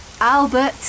Albert